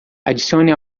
adicione